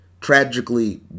tragically